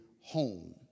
home